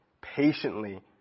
patiently